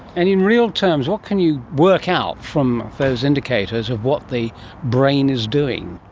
and in real terms what can you work out from those indicators of what the brain is doing?